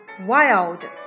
Wild